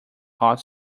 hot